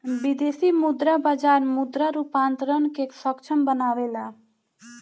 विदेशी मुद्रा बाजार मुद्रा रूपांतरण के सक्षम बनावेला